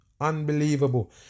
unbelievable